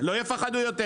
לא יפחדו יותר.